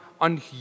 on